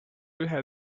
ühe